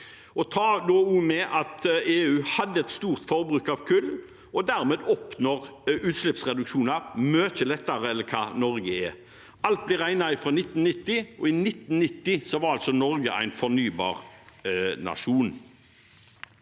med at EU hadde et stort forbruk av kull og dermed oppnår utslippsreduksjoner mye lettere enn Norge gjør. Alt blir regnet fra 1990, og i 1990 var Norge en fornybarnasjon.